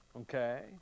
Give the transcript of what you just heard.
Okay